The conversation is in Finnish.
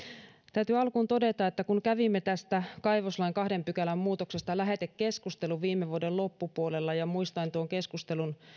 täytyy alkuun todeta että kun kävimme tästä kaivoslain kahden pykälän muutoksesta lähetekeskustelun viime vuoden loppupuolella ja muistan tuon keskustelun